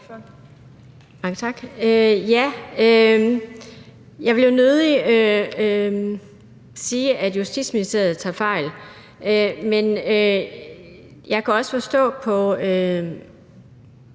Jeg vil jo nødig sige, at Justitsministeriet tager fejl, men jeg kan også forstå på